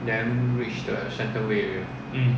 mm